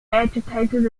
agitated